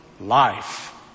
life